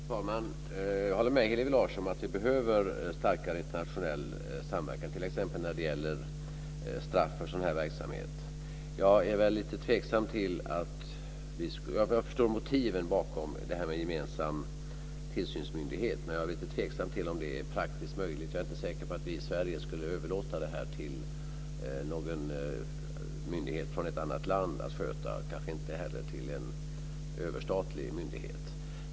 Fru talman! Jag håller med Hillevi Larsson om att vi behöver starkare internationell samverkan t.ex. när det gäller straff för sådan här verksamhet. Jag är väl lite tveksam till, men förstår samtidigt motiven bakom, det här med en gemensam tillsynsmyndighet. Jag är lite tveksam till om det är praktiskt möjligt. Jag är inte säker på att vi i Sverige borde överlåta det här till någon myndighet från ett annat land att sköta och kanske inte heller till en överstatlig myndighet.